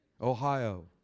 Ohio